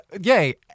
yay